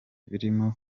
birimo